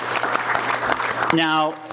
Now